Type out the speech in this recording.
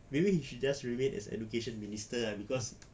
maybe he should just remain as education minister cause